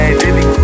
baby